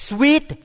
Sweet